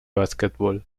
básquetbol